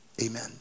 amen